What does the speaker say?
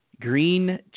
Green